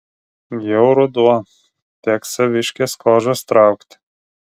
jau ruduo teks saviškes kožas traukti